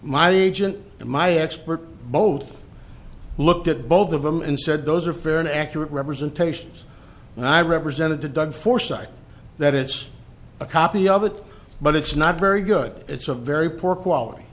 my agent and my experts both looked at both of them and said those are fair and accurate representations and i represented to doug forsyth that it's a copy of it but it's not very good it's a very poor quality